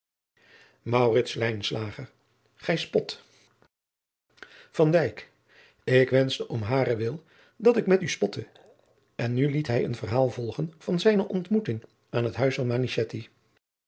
gij spot van dijk ik wenschte om haren wil dat ik met u spotte en nu liet hij een verhaal volgen van zijne ontmoeting aan het huis van